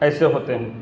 ایسے ہوتے ہیں